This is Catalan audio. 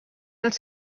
els